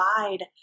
provide